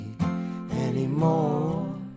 anymore